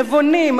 נבונים,